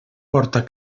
porta